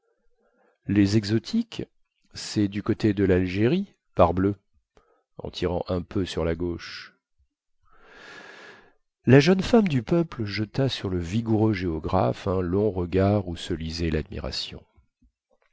les exotiques cest du côté de lalgérie parbleu en tirant un peu sur la gauche la jeune femme du peuple jeta sur le vigoureux géographe un long regard où se lisait ladmiration